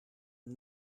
een